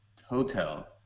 hotel